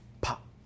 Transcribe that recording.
pop